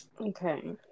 Okay